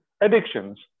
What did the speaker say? Addictions